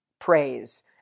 praise